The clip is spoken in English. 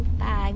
Bye